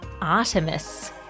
Artemis